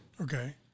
Okay